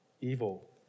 evil